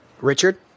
Richard